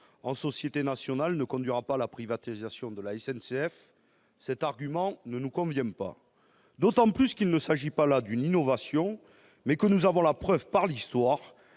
en société nationale ne conduira pas à la privatisation de la SNCF ne nous convient pas. D'autant qu'il ne s'agit pas là d'une innovation et que nous avons la preuve, par l'histoire,